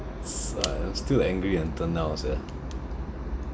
st~ still angry until now also sia